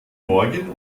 morgen